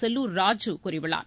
செல்லூர் ராஜு கூறியுள்ளார்